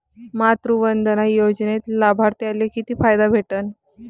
मातृवंदना योजनेत लाभार्थ्याले किती फायदा भेटन?